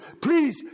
Please